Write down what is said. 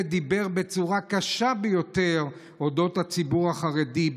דיבר בצורה קשה ביותר על הציבור החרדי,